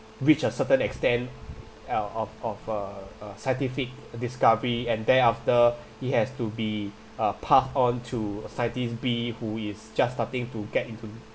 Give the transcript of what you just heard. reach a certain extent uh of of a a scientific discovery and thereafter it has to be uh path on to scientist b who is just starting to get into